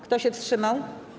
Kto się wstrzymał?